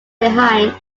behind